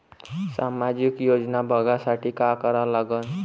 सामाजिक योजना बघासाठी का करा लागन?